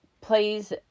plays